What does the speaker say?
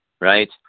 right